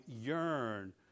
yearn